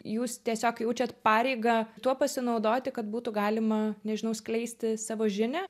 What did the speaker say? jūs tiesiog jaučiat pareigą tuo pasinaudoti kad būtų galima nežinau skleisti savo žinią